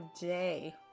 day